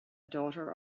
daughter